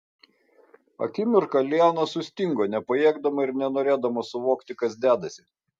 akimirką liana sustingo nepajėgdama ir nenorėdama suvokti kas dedasi